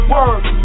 Word